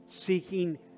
seeking